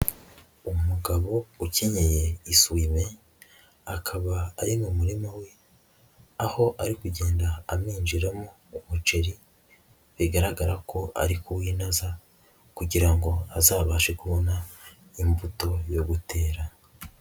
Umugabo ukenyeye isuwime akaba ari mu murima we, aho ari kugenda amjiramo umuceri bigaragara ko ari w'inaza kugira ngo azabashe kubona imbuto yo gutera.